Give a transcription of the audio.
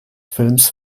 films